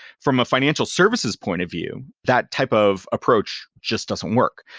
from a financial services point of view, that type of approach just doesn't work,